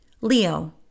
Leo